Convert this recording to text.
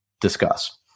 Discuss